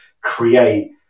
create